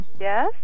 Yes